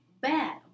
bad